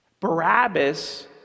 Barabbas